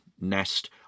nest